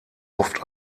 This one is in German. oft